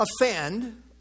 offend